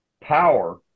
power